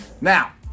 Now